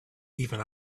even